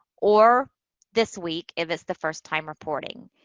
or this week if it's the first time reporting.